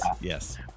yes